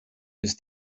ist